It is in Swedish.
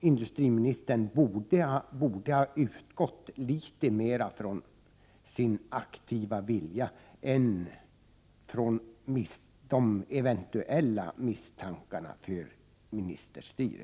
Industriministern borde ha utgått litet mer från sin aktiva vilja än från de eventuella misstankarna om ministerstyre.